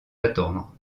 attendre